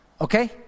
okay